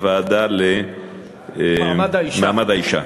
לוועדה למעמד האישה.